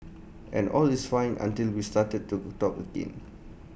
and all is fine until we start to talk again